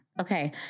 Okay